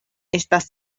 estas